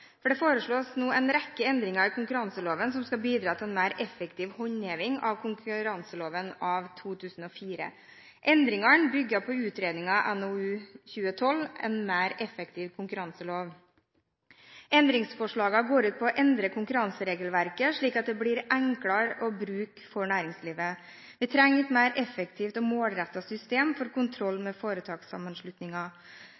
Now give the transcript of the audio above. Det blir nå foreslått en rekke endringer i konkurranseloven som skal bidra til en mer effektiv håndheving av konkurranseloven av 2004. Endringene bygger på utredningen NOU fra 2012: «Mer effektiv konkurranselov». Endringsforslagene går ut på å endre konkurranseregelverket, slik at det blir enklere å bruke for næringslivet. Det trengs et mer effektivt og målrettet system for kontroll